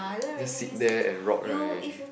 just sit there and rot right